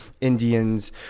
indians